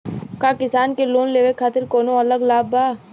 का किसान के लोन लेवे खातिर कौनो अलग लाभ बा?